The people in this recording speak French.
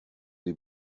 des